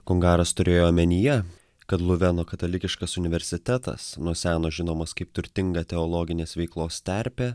kungaras turėjo omenyje kad luveno katalikiškas universitetas nuo seno žinomas kaip turtinga teologinės veiklos terpė